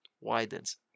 widens